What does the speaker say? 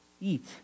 eat